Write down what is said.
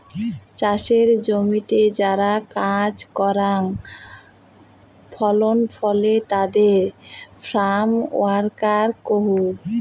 চাসের জমিতে যারা কাজ করাং ফসল ফলে তাদের ফার্ম ওয়ার্কার কুহ